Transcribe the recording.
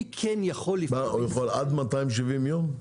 הוא יכול עד 270 יום?